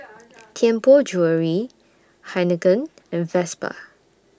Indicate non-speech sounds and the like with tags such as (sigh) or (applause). (noise) Tianpo Jewellery Heinekein and Vespa